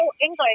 English